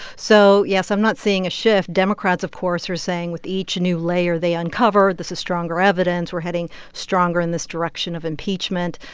so, yes, i'm not seeing a shift. democrats, of course, are saying with each new layer they uncover, this is stronger evidence. we're heading stronger in this direction of impeachment.